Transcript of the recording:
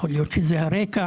יכול להיות שזה הרקע